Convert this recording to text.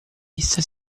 essa